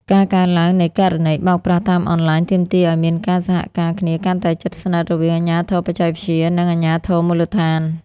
ការកើនឡើងនៃករណីបោកប្រាស់តាមអនឡាញ ទាមទារឱ្យមានការសហការគ្នាកាន់តែជិតស្និទ្ធរវាង "អាជ្ញាធរបច្ចេកវិទ្យា" និង "អាជ្ញាធរមូលដ្ឋាន"។